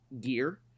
gear